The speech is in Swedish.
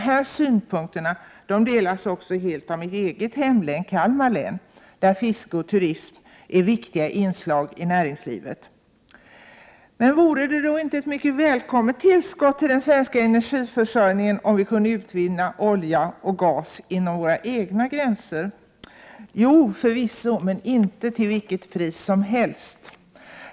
Dessa synpunkter delas helt också av mitt eget hemlän, Kalmar län, där fiske och turism är viktiga inslag i näringslivet. Vore det då inte ett mycket välkommet tillskott till den svenska energiförsörjningen, om vi kunde utvinna olja och gas inom våra egna gränser? Jo, förvisso, men inte till vilket pris som helst.